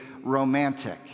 romantic